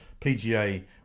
PGA